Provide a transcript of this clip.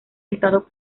estado